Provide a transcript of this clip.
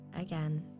Again